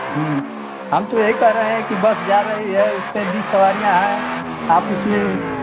हम तो यही कह रहे हैं कि बस जा रही है उसमें बीस सवारियाँ है आप उसमें